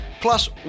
Plus